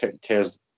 tears